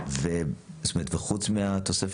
וחוץ מהתוספת,